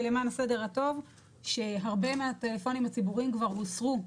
למען הסדר הטוב שהרבה מהטלפונים הציבוריים הוסרו.